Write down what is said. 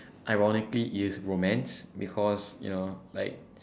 ironically is romance because you know like